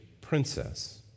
princess